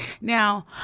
Now